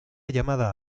llamada